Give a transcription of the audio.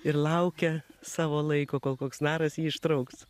ir laukia savo laiko kol koks naras jį ištrauks